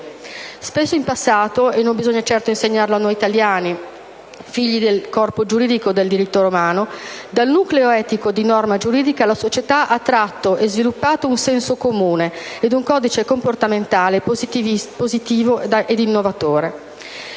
Spesso in passato - e non bisogna certo insegnarlo a noi italiani, figli del corpo giuridico del diritto romano - dal nucleo etico di norma giuridica la società ha tratto e sviluppato un senso comune e un codice comportamentale positivo ed innovatore.